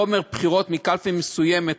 שחומר בחירות מקלפי מסוימת,